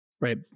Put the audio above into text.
Right